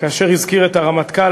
כאשר הזכיר את הרמטכ"ל.